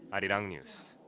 arirang news.